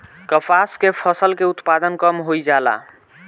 कपास के फसल के उत्पादन कम होइ जाला?